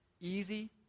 easy